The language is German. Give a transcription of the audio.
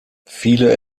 viele